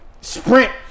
Sprint